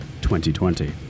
2020